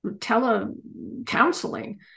tele-counseling